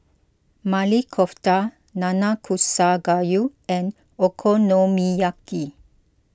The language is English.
Maili Kofta Nanakusa Gayu and Okonomiyaki